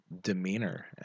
demeanor